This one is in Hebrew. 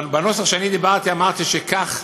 בנוסח שאני דיברתי אמרתי שכך